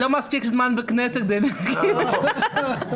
כל כך חשוב.